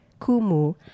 Kumu